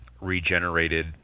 regenerated